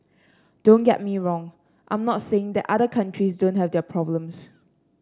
don't get me wrong I'm not saying that other countries don't have their problems